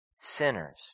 sinners